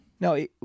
no